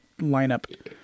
lineup